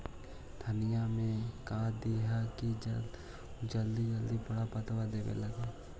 धनिया में का दियै कि उ जल्दी बड़ा बड़ा पता देवे लगै?